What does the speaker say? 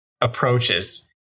approaches